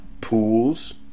pools